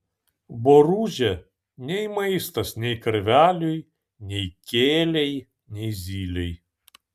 boružė ne maistas nei karveliui nei kielei nei zylei